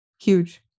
Huge